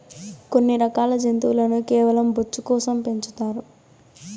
కొన్ని రకాల జంతువులను కేవలం బొచ్చు కోసం పెంచుతారు